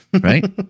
right